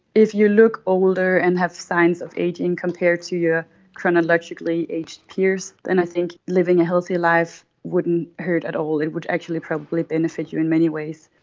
if you look older and have signs of ageing compared to your chronologically aged peers, that and i think living a healthy life wouldn't hurt at all, it would actually probably benefit you in many ways.